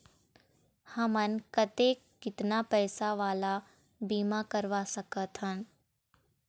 हमन कतेक कितना पैसा वाला बीमा करवा सकथन?